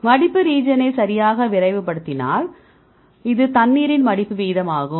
மடிப்பு ரீஜியன்னை சரியாக விரிவுபடுத்தினால் இது தண்ணீரின் மடிப்பு வீதமாகும்